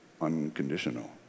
unconditional